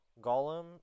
golem